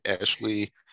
Ashley